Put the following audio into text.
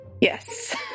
Yes